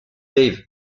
dave